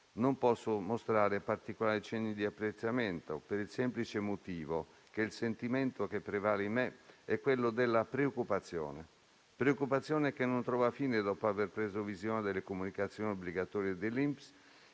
non posso mostrare particolari cenni di apprezzamento, per il semplice motivo che il sentimento che prevale in me è quello della preoccupazione. Tale preoccupazione non trova fine dopo aver preso visione delle comunicazioni obbligatorie dell'INPS,